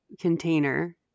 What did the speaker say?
container